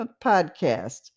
podcast